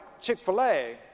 Chick-fil-A